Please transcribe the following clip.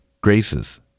graces